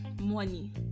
money